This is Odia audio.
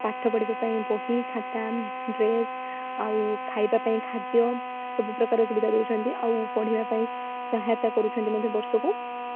ପାଠ ପଢ଼ିବା ପାଇଁ ବହି ଖାତା ଡ୍ରେସ୍ ଆଉ ଖାଇବା ପାଇଁ ଖାଦ୍ୟ ସବୁ ପ୍ରକାରର ସୁବିଧା ଦେଉଛନ୍ତି ଆଉ ପଢ଼ିବା ପାଇଁ ସହାୟତା କରୁଛନ୍ତି ମଧ୍ୟ ବର୍ଷକୁ